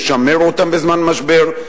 לשמר אותם בזמן משבר,